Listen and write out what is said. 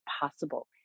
possible